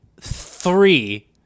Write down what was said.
three